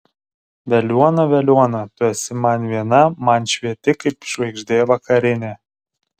veliuona veliuona tu esi man viena man švieti kaip žvaigždė vakarinė